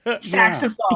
Saxophone